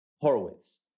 Horowitz